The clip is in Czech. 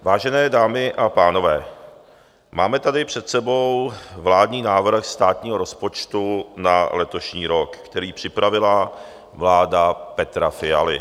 Vážené dámy a pánové, máme tady před sebou vládní návrh státního rozpočtu na letošní rok, který připravila vláda Petra Fialy.